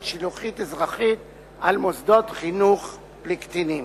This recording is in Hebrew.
שילוחית אזרחית על מוסדות חינוך לקטינים.